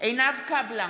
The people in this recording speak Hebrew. עינב קאבלה,